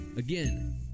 Again